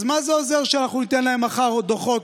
אז מה זה עוזר שאנחנו ניתן להם מחר עוד דוחות,